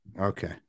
Okay